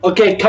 Okay